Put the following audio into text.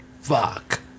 Fuck